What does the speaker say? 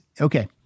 Okay